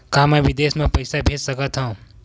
का मैं विदेश म पईसा भेज सकत हव?